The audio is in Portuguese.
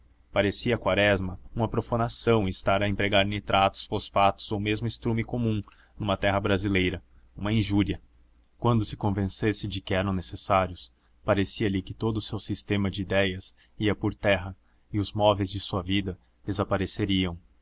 a quaresma uma profanação estar a empregar nitratos fosfatos ou mesmo estrume comum numa terra brasileira uma injúria quando se convencesse de que eram necessários parecia-lhe que todo o seu sistema de idéias ia por terra e os móveis de sua vida desapareceriam